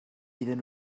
iddyn